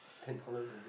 ten dollars